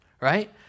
right